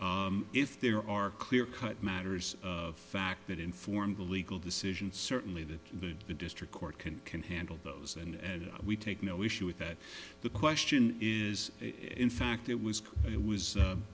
if there are clear cut matters of fact that informed the legal decision certainly that the district court can can handle those and we take no issue with that the question is in fact it was it was